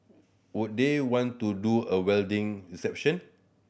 would they want to do a wedding reception